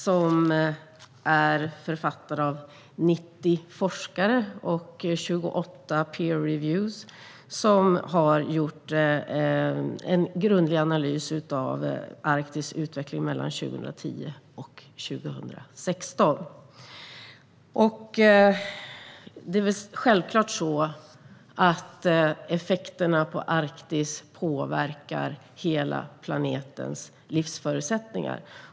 Den är författad av 90 forskare med hjälp av 28 peer reviewers, som har gjort en grundlig analys av Arktis utveckling mellan 2010 och 2016. Effekterna på Arktis påverkar självklart hela planetens livsförutsättningar.